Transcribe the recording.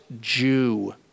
Jew